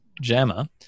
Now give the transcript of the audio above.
JAMA